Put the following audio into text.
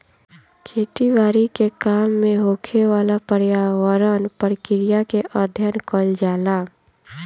खेती बारी के काम में होखेवाला पर्यावरण प्रक्रिया के अध्ययन कईल जाला